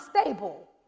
stable